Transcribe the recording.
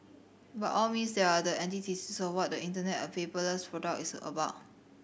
by all means they are the antithesis of what the Internet a paperless product is about